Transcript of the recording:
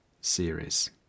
series